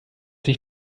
sich